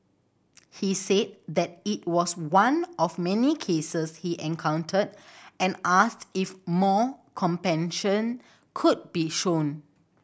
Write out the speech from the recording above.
he said that it was just one of many cases he encountered and asked if more compassion could be shown